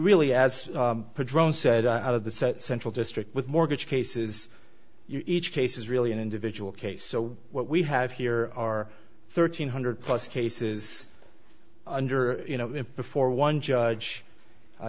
really as said out of the central district with mortgage cases each case is really an individual case so what we have here are thirteen hundred plus cases under you know before one judge